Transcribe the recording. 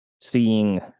seeing